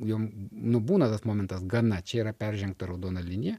jom nu būna tas momentas gana čia yra peržengta raudona linija